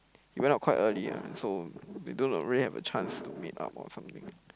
he went out quite early ah so we don't really have a chance to meet up or something